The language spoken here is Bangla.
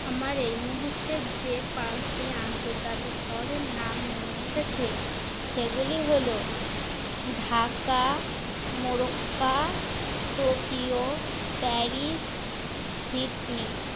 আমার এই মুহূর্তে যে পাঁচটি আন্তর্জাতিক শহরের নাম মনে এসেছে সেগুলি হলো Dhaka Morocco Tokyo Paris Sydney